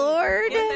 Lord